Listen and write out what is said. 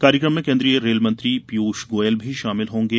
कार्यक्रम में केन्द्रीय रेल मंत्री पीयूष गोयल भी शामिल होंगे